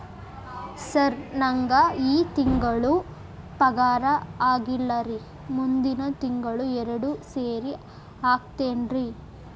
sir ನಂಗ ಈ ತಿಂಗಳು ಪಗಾರ ಆಗಿಲ್ಲಾರಿ ಮುಂದಿನ ತಿಂಗಳು ಎರಡು ಸೇರಿ ಹಾಕತೇನ್ರಿ